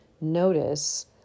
notice